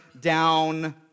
down